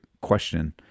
question